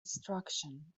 destruction